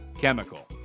chemical